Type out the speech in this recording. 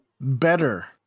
Better